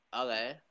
Okay